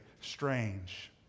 strange